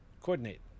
coordinate